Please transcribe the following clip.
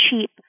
cheap